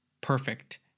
perfect